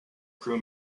crew